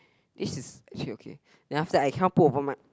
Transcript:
this is actually okay then after that I cannot put over my